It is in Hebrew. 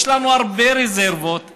יש לנו הרבה רזרבות,